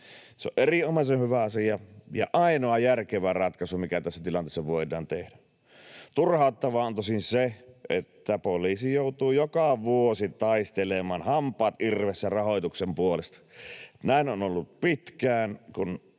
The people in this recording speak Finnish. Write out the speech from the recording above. Se on erinomaisen hyvä asia ja ainoa järkevä ratkaisu, mikä tässä tilanteessa voidaan tehdä. Turhauttavaa on tosin se, että poliisi joutuu joka vuosi taistelemaan hampaat irvessä rahoituksen puolesta. Näin on ollut pitkään,